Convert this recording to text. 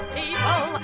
people